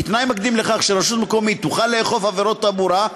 כתנאי מקדים לכך שרשות מקומית תוכל לאכוף בעבירות תעבורה,